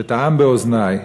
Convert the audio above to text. טען באוזני,